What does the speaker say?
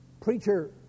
preacher